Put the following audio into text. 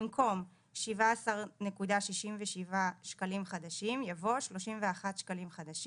במקום 17.67 ₪, יבוא: 61 ₪.